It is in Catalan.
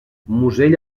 musell